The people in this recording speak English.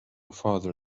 father